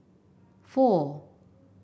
four